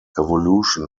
evolution